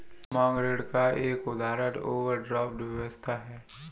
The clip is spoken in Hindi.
मांग ऋण का एक उदाहरण ओवरड्राफ्ट व्यवस्था है